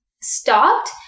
stopped